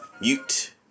mute